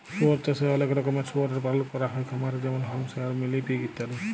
শুয়র চাষে অলেক রকমের শুয়রের পালল ক্যরা হ্যয় খামারে যেমল হ্যাম্পশায়ার, মিলি পিগ ইত্যাদি